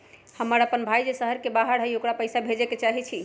हमर अपन भाई जे शहर के बाहर रहई अ ओकरा पइसा भेजे के चाहई छी